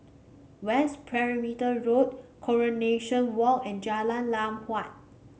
West Perimeter Road Coronation Walk and Jalan Lam Huat